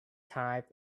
time